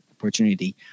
opportunity